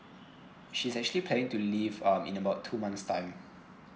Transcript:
she's actually planning to leave um in about two months' time